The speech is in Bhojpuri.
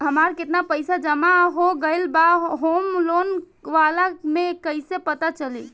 हमार केतना पईसा जमा हो गएल बा होम लोन वाला मे कइसे पता चली?